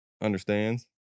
understands